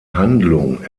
handlung